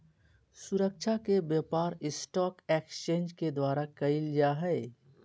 सुरक्षा के व्यापार स्टाक एक्सचेंज के द्वारा क़इल जा हइ